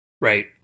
Right